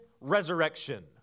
resurrection